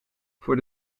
voor